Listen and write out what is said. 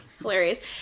hilarious